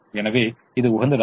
எனவே இது உகந்ததாகும்